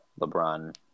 LeBron